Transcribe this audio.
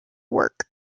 work